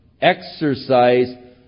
exercise